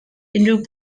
unrhyw